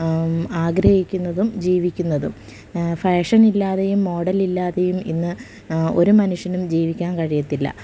ആഗ്രഹിക്കുന്നതും ജീവിക്കുന്നതും ഫാഷൻ ഇല്ലാതെയും മോഡല് ഇല്ലാതെയും ഇന്ന് ഒരു മനുഷ്യനും ജീവിക്കാൻ കഴിയില്ല